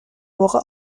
موقع